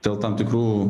dėl tam tikrų